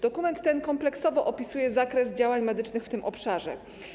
Dokument ten kompleksowo opisuje zakres działań medycznych w tym obszarze.